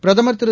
பிரதமர் திரு